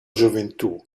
gioventù